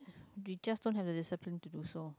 we just don't have the discipline to do so